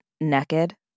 naked